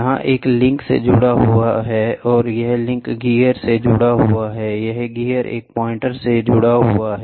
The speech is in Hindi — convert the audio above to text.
यह एक लिंक से जुड़ा हुआ है यह लिंक गियर से जुड़ा हुआ है यह गियर एक पॉइंटर से जुड़ा हुआ है